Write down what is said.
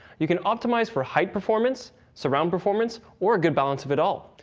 you can optimize for height performance, surround performance, or a good balance of it all.